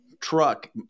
truck